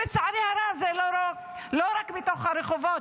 לצערי הרב זה לא רק בתוך הרחובות,